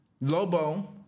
Lobo